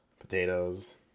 potatoes